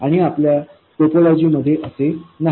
आणि आपल्या टोपोलॉजीमध्ये असे नाही